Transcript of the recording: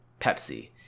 Pepsi